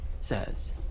says